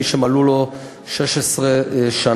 מי שמלאו לו 16 שנה,